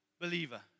believer